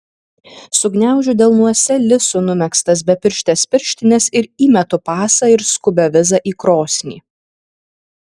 sugniaužiu delnuose lisu numegztas bepirštes pirštines ir įmetu pasą ir skubią vizą į krosnį